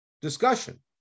discussion